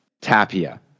Tapia